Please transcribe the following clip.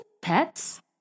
Pets